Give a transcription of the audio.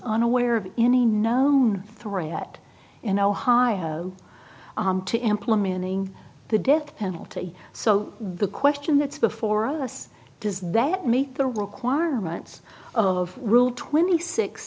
unaware of any known threat in ohio to implementing the death penalty so the question that's before us does that meet the requirements of rule twenty six